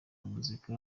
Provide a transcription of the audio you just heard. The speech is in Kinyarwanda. muzika